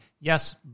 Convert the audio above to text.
yes